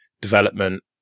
development